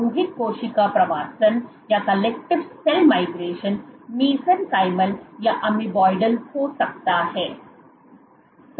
सामूहिक कोशिका प्रवासन मेसेनकाइमल या अमीबाइडल हो सकता है